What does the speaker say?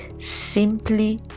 simply